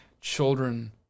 children